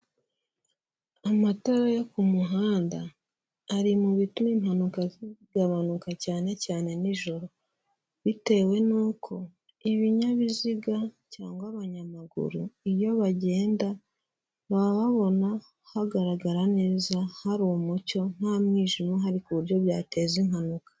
Amatara yo ku muhanda, ari mu bituma impanuka zigabanuka, cyane cyane n'ijoro, bitewe nuko ibinyabiziga cyangwa abanyamaguru, iyo bagenda, baba babona hagaragara neza, hari umucyo, nta mwijima uhari, ku buryo byateza impanuka.